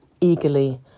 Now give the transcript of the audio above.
eagerly